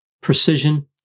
precision